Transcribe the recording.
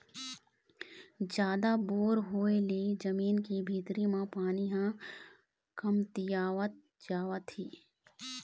जादा बोर होय ले जमीन के भीतरी म पानी ह कमतियावत जावत हे